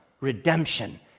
redemption